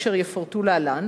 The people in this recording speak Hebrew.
אשר יפורטו להלן,